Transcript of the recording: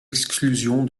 exclusion